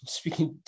speaking